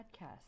podcast